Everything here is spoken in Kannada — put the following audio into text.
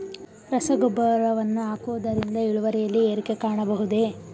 ರಸಗೊಬ್ಬರವನ್ನು ಹಾಕುವುದರಿಂದ ಇಳುವರಿಯಲ್ಲಿ ಏರಿಕೆ ಕಾಣಬಹುದೇ?